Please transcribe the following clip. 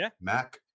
Mac